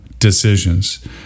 Decisions